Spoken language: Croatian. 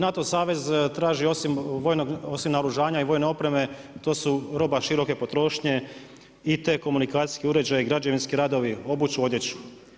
NATO savez traži osim naoružanja i vojne opreme to su roba široke potrošnje, IT komunikacijski uređaji, građevinski radovi, obuću, odjeću.